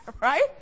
Right